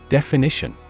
Definition